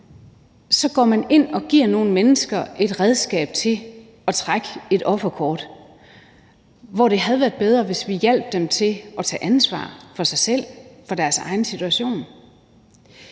så går man ind og giver nogle mennesker et redskab til at trække et offerkort, hvor det havde været bedre, hvis vi hjalp dem til at tage ansvar for sig selv og for deres egen situation.